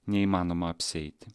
neįmanoma apsieiti